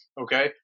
Okay